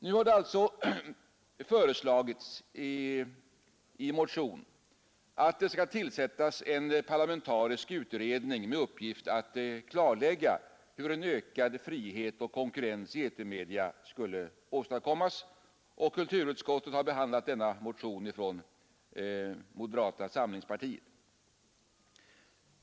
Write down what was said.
Nu har man alltså i en motion föreslagit att det skall tillsättas en parlamentarisk utredning med uppgift att klarlägga hur en ökad frihet och konkurrens i etermedia skulle åstadkommas. Kulturutskottet har behandlat denna motion, som kommer från moderata samlingspartiet.